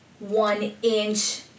one-inch